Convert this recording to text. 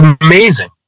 amazing